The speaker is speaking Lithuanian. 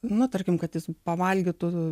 na tarkim kad jis pavalgytų